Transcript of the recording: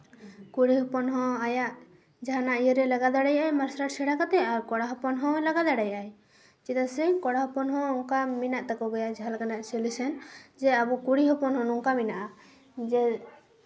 ᱠᱩᱲᱤ ᱦᱚᱯᱚᱱ ᱦᱚᱸ ᱟᱭᱟᱜ ᱡᱟᱦᱟᱱᱟᱜ ᱤᱭᱟᱹᱨᱮ ᱞᱟᱜᱟᱣ ᱫᱟᱲᱮᱭᱟᱜ ᱟᱭ ᱢᱟᱨᱥᱟᱞ ᱟᱨᱴᱥ ᱥᱮᱬᱟ ᱠᱟᱛᱮ ᱟᱨ ᱠᱚᱲᱟ ᱦᱚᱯᱚᱱ ᱦᱚᱸ ᱞᱟᱜᱟᱣ ᱫᱟᱲᱮᱭᱟᱜ ᱟᱭ ᱪᱮᱫᱟᱜ ᱥᱮ ᱠᱚᱲᱟ ᱦᱚᱯᱚᱱ ᱦᱚᱸ ᱚᱱᱠᱟ ᱢᱮᱱᱟᱜ ᱛᱟᱠᱚ ᱜᱮᱭᱟ ᱡᱟᱦᱟᱸ ᱞᱮᱠᱟᱱᱟᱜ ᱥᱮᱞᱩᱥᱮᱱ ᱟᱵᱚ ᱠᱩᱲᱤ ᱦᱚᱯᱚᱱ ᱦᱚᱸ ᱱᱚᱝᱠᱟ ᱢᱮᱱᱟᱜᱼᱟ ᱡᱮ